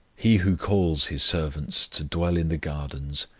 he who calls his servants to dwell in the gardens,